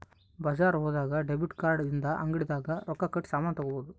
ಬಜಾರ್ ಹೋದಾಗ debit card ಇಂದ ಅಂಗಡಿ ದಾಗ ರೊಕ್ಕ ಕಟ್ಟಿ ಸಾಮನ್ ತಗೊಬೊದು